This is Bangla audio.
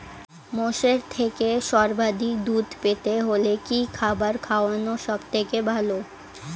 মোষের থেকে সর্বাধিক দুধ পেতে হলে কি খাবার খাওয়ানো সবথেকে ভালো?